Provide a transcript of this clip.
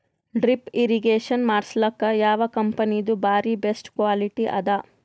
Drip irrigation ಮಾಡಸಲಕ್ಕ ಯಾವ ಕಂಪನಿದು ಬಾರಿ ಬೆಸ್ಟ್ ಕ್ವಾಲಿಟಿ ಅದ?